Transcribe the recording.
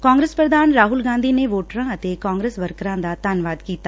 ਕਾਂਗਰਸ ਪ੍ਰਧਾਨ ਰਾਹੁਲ ਗਾਂਧੀ ਨੇ ਵੋਟਰਾਂ ਅਤੇ ਕਾਂਗਰਸ ਵਰਕਰਾਂ ਦਾ ਧੰਨਵਾਦ ਕੀਤਾ